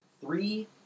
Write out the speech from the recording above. Three